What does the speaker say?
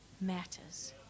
matters